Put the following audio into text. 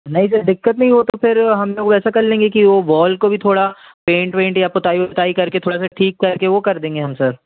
नहीं सर दिक्कत नहीं वो तो फिर हम लोग ऐसा कर लेंगे कि वो वॉल को भी थोड़ा पेंट वेंट या पोताई ओताई करके थोड़ा सा ठीक करके वो कर देंगे हम सर